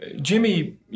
Jimmy